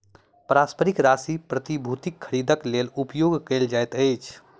पारस्परिक राशि प्रतिभूतिक खरीदक लेल उपयोग कयल जाइत अछि